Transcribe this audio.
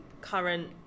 current